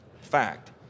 fact